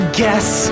guess